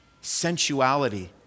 sensuality